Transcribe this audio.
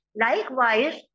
Likewise